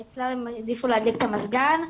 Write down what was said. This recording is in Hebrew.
שאצלם הם העדיפו להדליק את המזגן,